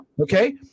Okay